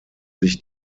sich